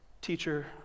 teacher